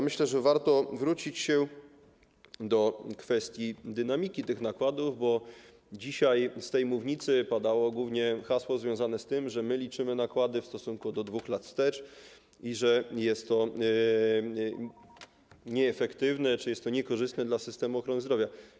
Myślę, że warto wrócić się do kwestii dynamiki nakładów, bo dzisiaj z mównicy padało głównie hasło związane z tym, że liczymy nakłady w stosunku do 2 lat wstecz i że jest to nie efektywne, niekorzystne dla systemu ochrony zdrowia.